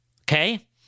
Okay